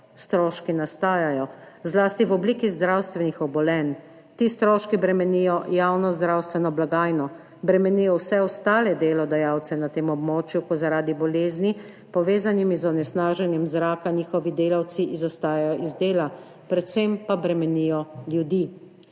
Stroški nastajajo, zlasti v obliki zdravstvenih obolenj. Ti stroški bremenijo javno zdravstveno blagajno, bremenijo vse ostale delodajalce na tem območju, ko zaradi bolezni, povezanimi z onesnaženjem zraka, njihovi delavci izostajajo z dela, predvsem pa bremenijo ljudi.